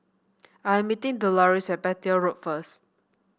I am meeting Deloris at Petir Road first